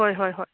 ꯍꯣꯏ ꯍꯣꯏ ꯍꯣꯏ